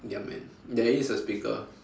ya man there is a speaker